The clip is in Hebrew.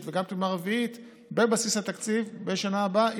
וגם פעימה רביעית בבסיס התקציב בשנה הבאה,